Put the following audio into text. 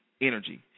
energy